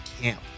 camp